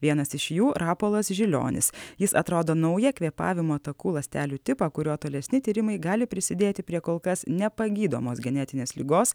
vienas iš jų rapolas žilionis jis atrado naują kvėpavimo takų ląstelių tipą kurio tolesni tyrimai gali prisidėti prie kol kas nepagydomos genetinės ligos